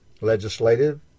legislative